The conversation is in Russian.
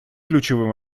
ключевым